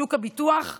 שוק הביטוח ועוד.